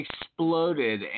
exploded